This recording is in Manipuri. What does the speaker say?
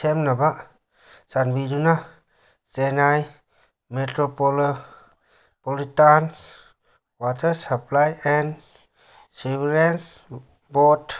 ꯁꯦꯝꯅꯕ ꯆꯥꯟꯕꯤꯗꯨꯅ Chennai metropolitan water supply and sewerage board